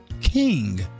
king